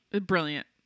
Brilliant